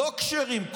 לא כשרים,